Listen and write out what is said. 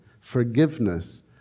forgiveness